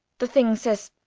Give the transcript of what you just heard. the thing says